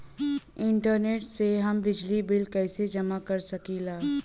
Internet से हम बिजली बिल कइसे जमा कर सकी ला?